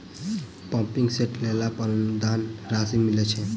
Pumping set लेला पर अनुदान राशि मिलय छैय?